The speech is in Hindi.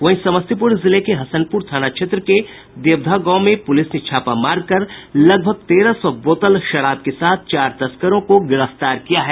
वहीं समस्तीपुर जिले के हसनपुर थाना क्षेत्र के देवधा गाँव में पुलिस ने छापा मारकर लगभग तेरह सौ बोतल विदेशी शराब के साथ चार तस्करो को गिरफ्तार किया है